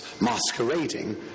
masquerading